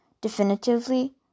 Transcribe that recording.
definitively